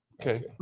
Okay